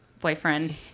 boyfriend